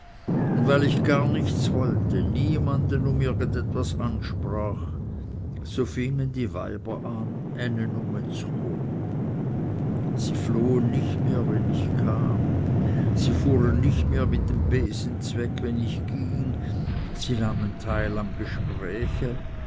und weil ich gar nichts wollte niemand um irgend etwas ansprach so fingen die weiber an äne n ume z'cho sie flohen nicht mehr wenn ich kam sie fuhren nicht mehr mit dem besen z'weg wenn ich ging sie nahmen teil am gespräche